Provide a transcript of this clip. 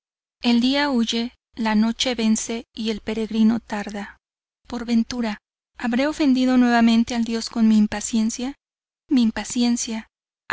el día huye la noche vence y el peregrino tarda por ventura habré ofendido nuevamente al dios con mi impaciencia mi impaciencia